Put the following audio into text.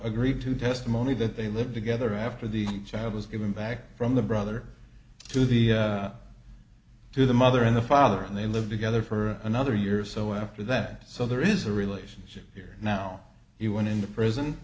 agreed to testimony that they lived together after the child was given back from the brother to the to the mother and the father and they lived together for another year or so after that so there is a relationship here now he went in the prison